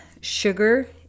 sugar